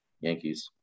Yankees